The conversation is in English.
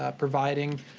ah providing,